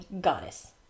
goddess